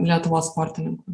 lietuvos sportininkų